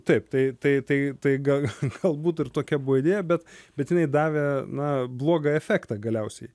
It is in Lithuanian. taip tai tai tai tai gal galbūt ir tokia buvo idėja bet bet jinai davė na blogą efektą galiausiai